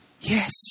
Yes